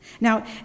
Now